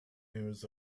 news